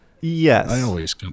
Yes